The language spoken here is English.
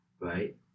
right